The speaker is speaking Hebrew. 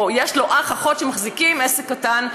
או שיש לו אח או אחות שמחזיקים עסק קטן,